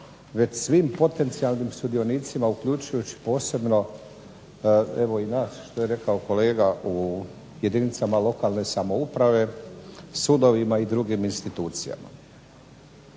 već svim potencijalnim sudionicima uključujući posebno evo i nas što je rekao kolega u jedinicama lokalne samouprave, sudovima i drugim institucijama.